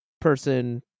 person